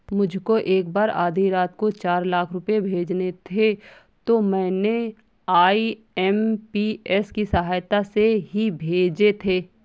मुझको एक बार आधी रात को चार लाख रुपए भेजने थे तो मैंने आई.एम.पी.एस की सहायता से ही भेजे थे